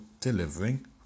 delivering